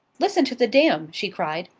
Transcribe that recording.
listen to the dam! she cried.